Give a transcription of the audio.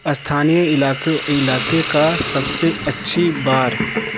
स्थानीय इलाकों इलाके का सबसे अच्छी बार